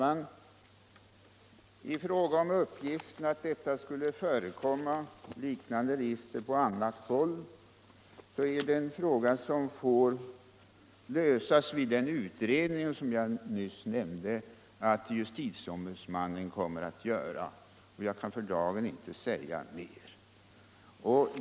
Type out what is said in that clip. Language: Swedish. Herr talman! Uppgiften att det skulle förekomma liknande register på annat håll får klarläggas vid den utredning som jag nyss nännde att justitieombudsmannen kommer att göra. Jag kan för dagen inte säga mer.